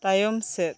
ᱛᱟᱭᱚᱢ ᱥᱮᱫ